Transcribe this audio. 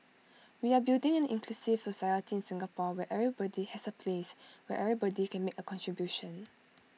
we are building an inclusive society in Singapore where everybody has A place where everybody can make A contribution